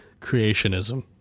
creationism